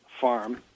farm